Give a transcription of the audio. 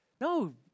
No